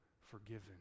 forgiven